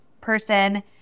person